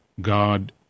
God